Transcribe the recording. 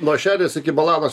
lašelis iki balanos